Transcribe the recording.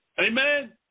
Amen